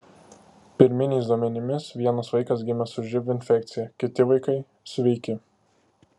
pirminiais duomenimis vienas vaikas gimė su živ infekcija kiti vaikai sveiki